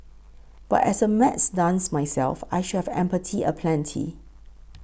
but as a maths dunce myself I should have empathy aplenty